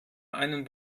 einen